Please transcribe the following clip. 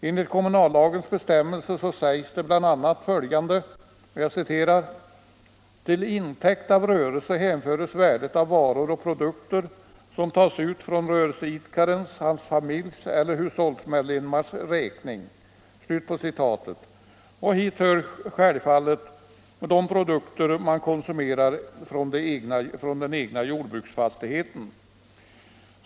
Enligt kommunalskattelagens bestämmelser hänförs till intäkt av rörelse bl.a. värdet av varor och produkter som tas ut för rörelseidkarens, hans familjs eller hushållsmedlemmars räkning. Hit hör självfallet de produkter man konsumerar från den egna jordbruksfastigheten.